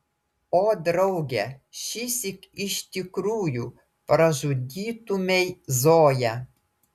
o drauge šįsyk iš tikrųjų pražudytumei zoją